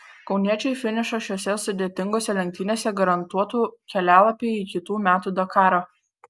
kauniečiui finišas šiose sudėtingose lenktynėse garantuotų kelialapį į kitų metų dakarą